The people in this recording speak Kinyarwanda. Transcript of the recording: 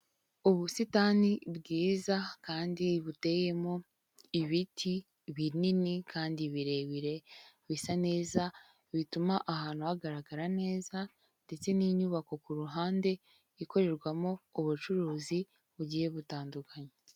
Ubusitani bwiza kandi buteyemo ibiti binini kandi birebire, bisa neza, bituma ahantu hagaragarara neza, ndetse n'inyubako ku ruhande ikorerwamo ubucuruzi bugiye butandukanye.